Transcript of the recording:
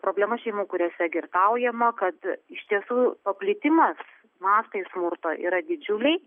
problema šeimų kuriose girtaujama kad iš tiesų paplitimas mastai smurto yra didžiuliai